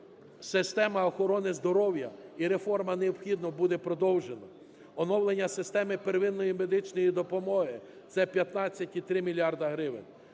система охорони здоров'я і реформа необхідно буде продовжена. Оновлення системи первинної медичної допомоги – це 15,3 мільярди